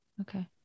Okay